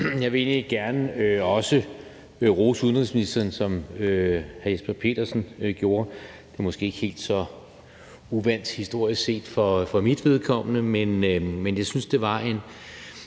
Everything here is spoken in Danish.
Jeg vil egentlig også gerne rose udenrigsministeren, ligesom hr. Jesper Petersen gjorde – det er måske ikke helt så uvant historisk set for mit vedkommende. Men jeg synes, det var en